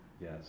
yes